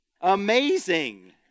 Amazing